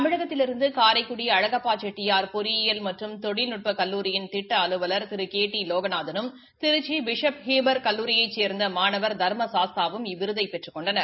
தமிழகத்திலிருந்து காரைக்குடி அழகப்பா செட்டியார் பொறியியல் மற்றும் தொழில்நுட்ப கல்லூரியின் திட்ட அலுவலர் திரு கே டி லோகநாதனும் திருச்சியைச் பிசப் ஹெர்பர் கல்லூரியைச் சேர்ந்த மாணவர் தர்ம சாஸ்தாவும் இவ்விருதினை பெற்றுக் கொண்டனர்